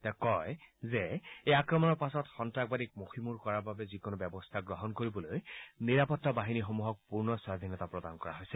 তেওঁ কয় যে এই আক্ৰমণৰ পাছত সন্ত্ৰাসবাদীক মযিমূৰ কৰাৰ বাবে যিকোনো কাৰ্য ব্যৱস্থা গ্ৰহণ কৰিবলৈ নিৰাপত্তা বাহিনীসমূহক পূৰ্ণ স্বাধীনতা প্ৰদান কৰা হৈছে